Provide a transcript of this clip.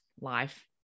life